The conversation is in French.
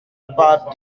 pas